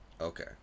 Okay